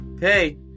Hey